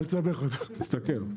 אני מסתכן.